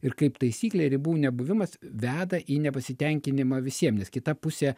ir kaip taisyklė ribų nebuvimas veda į nepasitenkinimą visiem nes kita pusė